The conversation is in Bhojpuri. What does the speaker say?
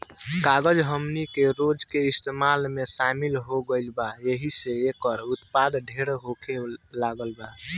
कागज हमनी के रोज के इस्तेमाल में शामिल हो गईल बा एहि से एकर उत्पाद ढेर होखे लागल बा